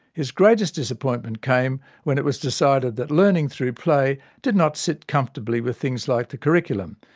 his greatest disappointment came when it was decided that learning through play did not sit comfortably with things like the curriculum.